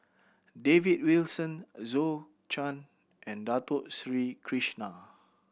David Wilson Zhou Can and Dato Sri Krishna